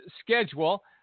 schedule